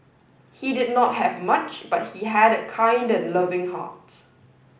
he did not have much but he had a kind and loving heart